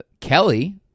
Kelly